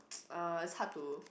uh it's hard to